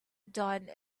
done